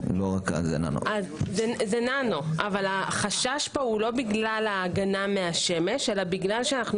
זה ננו אבל החשש פה הוא לא בגלל ההגנה מהשמש אלא כי אנו